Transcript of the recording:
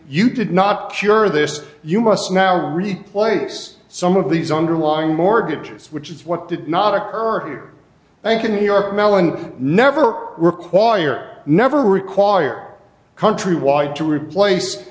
you did not cure this you must now replace some of these underlying mortgages which is what did not occur bank in new york mellon never require never require countrywide to replace